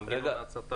מנגנון ההצתה.